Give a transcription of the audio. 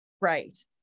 right